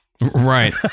Right